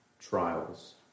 trials